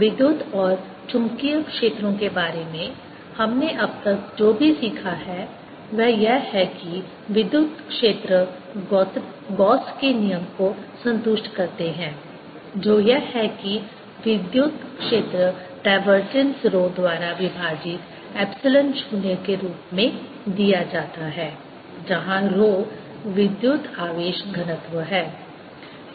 विद्युत और चुंबकीय क्षेत्रों के बारे में हमने अब तक जो भी सीखा है वह यह है कि विद्युत क्षेत्र गॉस के नियम Gauss's law को संतुष्ट करते हैं जो यह है कि विद्युत क्षेत्र डाइवर्जेंस रो द्वारा विभाजित एप्सिलॉन 0 के रूप में दिया जाता है जहां रो विद्युत आवेश घनत्व है